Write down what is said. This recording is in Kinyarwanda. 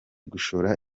gushora